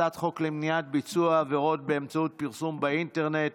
הצעת חוק למניעת ביצוע עבירות באמצעות פרסום באינטרנט